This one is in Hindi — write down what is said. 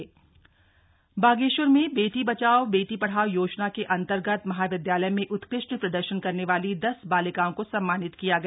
बालिका सम्मान बागेश्वर में बेटी बचाओ बेटी पढ़ाओ योजना के अन्तर्गत महाविदयालय में उत्कृष्ट प्रदर्शन करने वाली दस बालिकाओं को सम्मानित किया गया